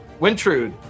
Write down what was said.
Wintrude